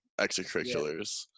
extracurriculars